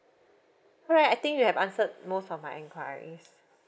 alright I think you have answered most of my enquiries